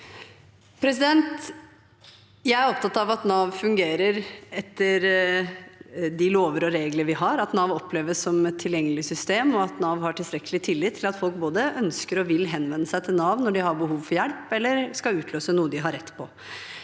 Jeg er opptatt av at Nav fungerer etter de lover og regler vi har, at Nav oppleves som et tilgjengelig system, og at Nav har tilstrekkelig tillit til at folk vil henvende seg til Nav når de har behov for hjelp eller skal utløse noe de har rett på.